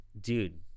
dude